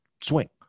swing